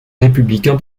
républicain